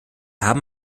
haben